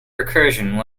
recursion